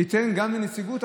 תיתן גם לנציגוּת,